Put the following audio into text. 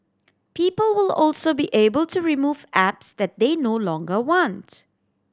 people will also be able to remove apps that they no longer wants